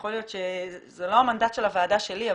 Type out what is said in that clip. ויכול להיות שזה לא מנדט של הוועדה שלי,